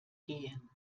gehen